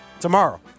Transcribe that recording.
tomorrow